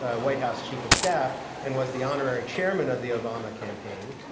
ah white house chief of staff, and was the honorary chairman of the obama campaign,